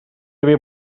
havia